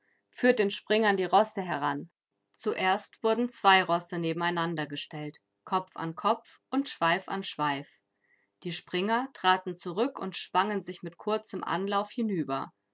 führt den springern die rosse heran zuerst wurden zwei rosse nebeneinander gestellt kopf an kopf und schweif an schweif die springer traten zurück und schwangen sich mit kurzem anlauf hinüber